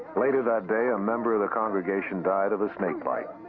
later that day, a member of the congregation died of a snake bite.